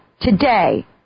today